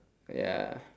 ya